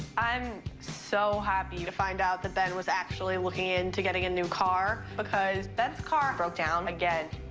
i'm so happy to find out that ben was actually looking into getting a new car, because ben's car broke down again.